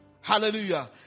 Hallelujah